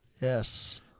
Yes